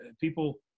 people